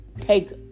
take